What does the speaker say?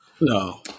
No